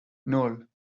nan